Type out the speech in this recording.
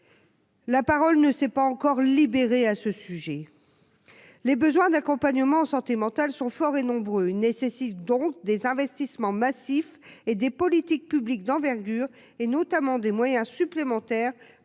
La parole ne sait pas encore libéré à ce sujet, les besoins d'accompagnement mentale sont forts et nombreux nécessite donc des investissements massifs et des politiques publiques d'envergure et, notamment, des moyens supplémentaires pour prévenir l'apparition